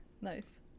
Nice